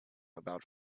about